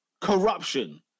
Corruption